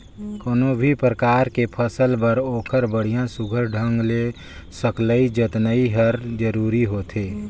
कोनो भी परकार के फसल बर ओखर बड़िया सुग्घर ढंग ले सकलई जतनई हर जरूरी होथे